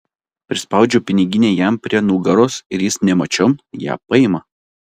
prispaudžiu piniginę jam prie nugaros ir jis nemačiom ją paima